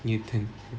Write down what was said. newton